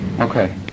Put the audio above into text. Okay